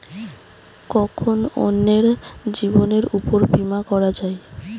কখন অন্যের জীবনের উপর বীমা করা যায়?